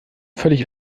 völlig